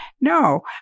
No